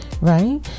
right